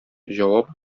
җавап